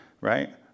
right